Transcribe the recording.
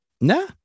No